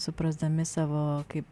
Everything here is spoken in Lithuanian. suprasdami savo kaip